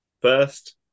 first